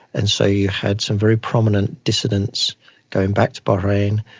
and so you had some very prominent dissidents going back to bahrain.